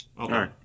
Okay